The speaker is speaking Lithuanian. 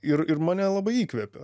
ir ir mane labai įkvepė